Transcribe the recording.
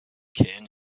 kin